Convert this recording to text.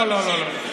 לא, לא.